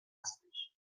هستش